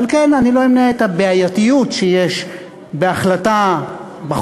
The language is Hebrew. ועל כן אני לא אמנה את הבעייתיות שיש בהחלטה בחוק